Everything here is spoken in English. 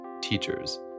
teachers